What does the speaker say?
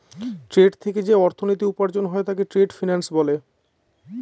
trade থেকে যে অর্থনীতি উপার্জন হয় তাকে ট্রেড ফিন্যান্স বলে